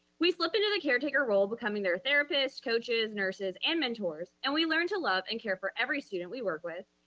we slip into the caretaker role, becoming their therapist, coaches, nurses, and mentors, and we learn to love and care for every student we work with,